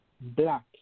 Black